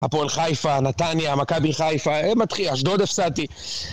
הפועל חיפה, נתניה, מכבי חיפה, ..., אשדוד הפסדתי